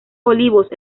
olivos